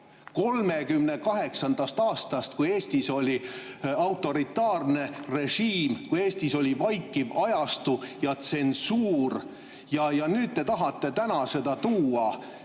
1938. aastast, kui Eestis oli autoritaarne režiim, kui Eestis oli vaikiv ajastu ja tsensuur! Ja nüüd te tahate seda sealt